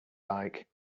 like